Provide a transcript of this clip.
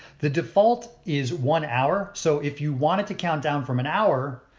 the default is one hour so if you want it to count down from an hour,